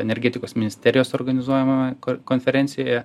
energetikos ministerijos organizuojamame konferencijoje